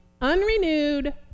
unrenewed